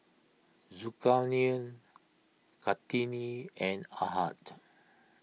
Zulkarnain Kartini and Ahad